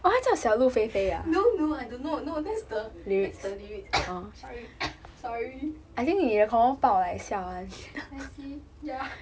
no no I don't know that's the that's the lyrics sorry sorry I see ya